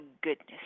goodness